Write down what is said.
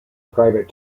private